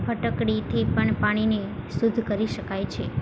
ફટકડીથી પણ પાણીને શુદ્ધ કરી શકાય છે